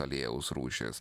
aliejaus rūšis